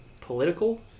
political